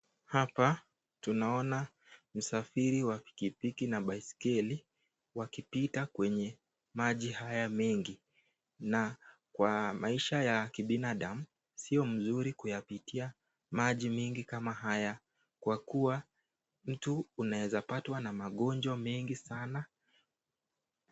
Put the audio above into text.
Hapa tunaona msafiri wa pikipiki na baiskeli wakipita kwenye maji haya mengi, na kwa maisha ya kibinadamu sio mzuri kuyapitia maji mengi kama haya kwa kuwa, mtu unaweza patwa na magonjwa mengi sana.